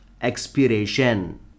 expiration